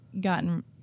gotten